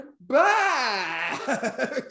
back